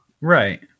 right